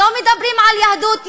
לא מדברים על יהדות,